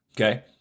Okay